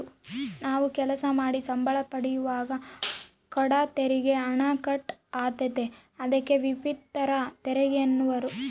ನಾವು ಕೆಲಸ ಮಾಡಿ ಸಂಬಳ ಪಡೆಯುವಾಗ ಕೂಡ ತೆರಿಗೆ ಹಣ ಕಟ್ ಆತತೆ, ಅದಕ್ಕೆ ವ್ರಿತ್ತಿಪರ ತೆರಿಗೆಯೆನ್ನುವರು